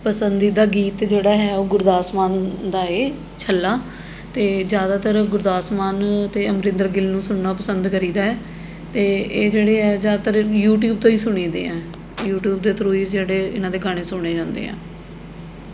ਪਸੰਦੀਦਾ ਗੀਤ ਜਿਹੜਾ ਹੈ ਉਹ ਗੁਰਦਾਸ ਮਾਨ ਦਾ ਏ ਛੱਲਾ ਅਤੇ ਜ਼ਿਆਦਾਤਰ ਗੁਰਦਾਸ ਮਾਨ ਅਤੇ ਅਮਰਿੰਦਰ ਗਿੱਲ ਨੂੰ ਸੁਣਨਾ ਪਸੰਦ ਕਰੀਦਾ ਏ ਅਤੇ ਇਹ ਜਿਹੜੇ ਹੈ ਜ਼ਿਆਦਾਤਰ ਯੂਟਿਊਬ ਤੋਂ ਹੀ ਸੁਣੀਦੇ ਹੈ ਯੂਟਿਊਬ ਦੇ ਥਰੂ ਹੀ ਜਿਹੜੇ ਇਹਨਾਂ ਦੇ ਗਾਣੇ ਸੁਣੇ ਜਾਂਦੇ ਆ